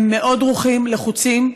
הם מאוד דרוכים, לחוצים.